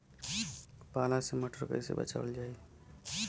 पाला से मटर कईसे बचावल जाई?